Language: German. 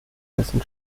dessen